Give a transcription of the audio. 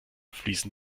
fließen